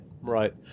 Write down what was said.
right